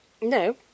No